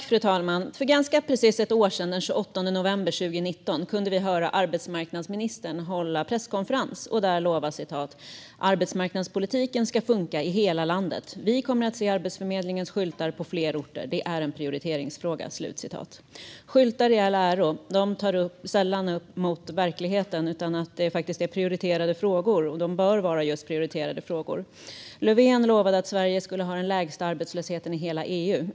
Fru talman! För ganska precis ett år sedan, den 28 november 2019, kunde vi höra arbetsmarknadsministern hålla presskonferens och lova: "Arbetsmarknadspolitiken ska funka i hela landet" och "Vi kommer att se Arbetsförmedlingens skyltar på fler orter runt om i landet. Det är en prioriteringsfråga." Skyltar i all ära, men de tar sällan upp verkligheten utan att det är prioriterade frågor. Och det bör vara just prioriterade frågor. Löfven lovade att Sverige skulle ha den lägsta arbetslösheten i hela EU.